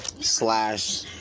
slash